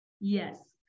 Yes